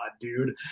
dude